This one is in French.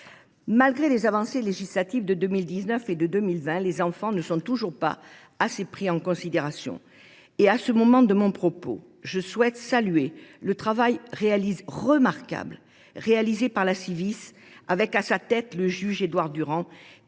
Malgré les avancées législatives de 2019 et de 2020, les enfants ne sont toujours pas suffisamment pris en considération. À ce moment de mon propos, je souhaite saluer le travail remarquable réalisé par la Ciivise, avec à sa tête le juge Édouard Durand,